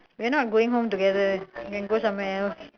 we are not going home together you can go somewhere else